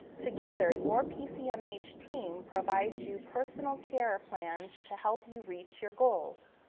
together, your pcmh team provides you personal care plans to help you reach your goals.